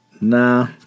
Nah